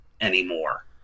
anymore